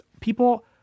people